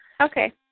Okay